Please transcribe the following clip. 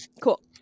Cool